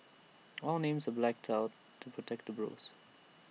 all names are blacked out to protect the bros